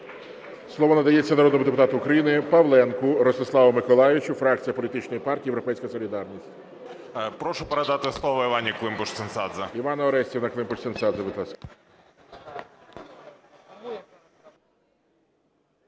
Слово надається народному депутату України Павленку Ростиславу Миколайовичу, фракція політичної партії "Європейська солідарність". 13:52:53 ПАВЛЕНКО Р.М. Прошу передати слово Іванні Климпуш-Цинцадзе.